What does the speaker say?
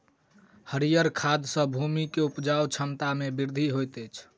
हरीयर खाद सॅ भूमि के उपजाऊ क्षमता में वृद्धि होइत अछि